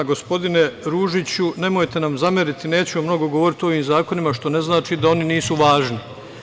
Gospodine Ružiću, nemojte nam zamerite, neću mnogo govoriti o ovim zakonima, što ne znači da oni nisu važni.